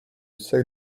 seuil